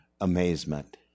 amazement